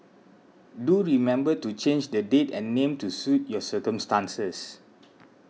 do remember to change the date and name to suit your circumstances